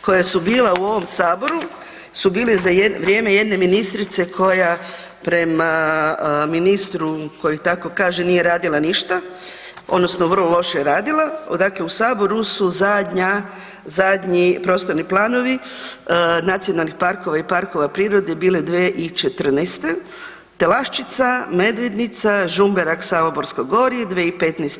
koja su bila u ovom saboru su bili za vrijeme jedne ministrice koja prema ministru koji tako kaže nije radila ništa odnosno vrlo loše je radila, … [[Govornik se ne razumije]] u saboru su zadnji prostorni planovi nacionalnih parkova i parkova prirode bili 2014., Telašćica, Medvednica, Žumberak, Samoborsko gorje, 2015.